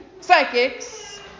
Psychics